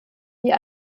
wie